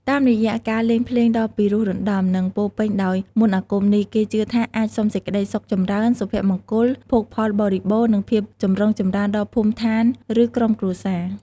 តាមរយៈការលេងភ្លេងដ៏ពីរោះរណ្តំ និងពោរពេញដោយមន្តអាគមនេះ គេជឿថាអាចសុំសេចក្តីសុខចម្រើន សុភមង្គល ភោគផលបរិបូណ៌ និងភាពចម្រុងចម្រើនដល់ភូមិឋាន ឬក្រុមគ្រួសារ។